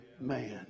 man